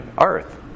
earth